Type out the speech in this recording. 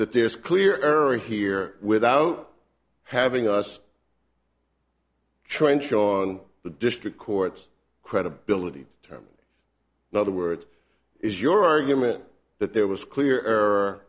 that there's a clear error here without having us try and show on the district court credibility terms another word is your argument that there was clear